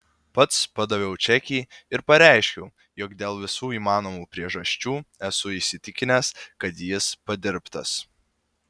pats padaviau čekį ir pareiškiau jog dėl visų įmanomų priežasčių esu įsitikinęs kad jis padirbtas